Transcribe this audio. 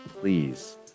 please